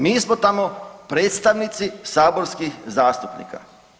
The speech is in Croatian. Mi smo tamo predstavnici saborskih zastupnika.